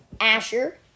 Asher